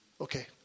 Okay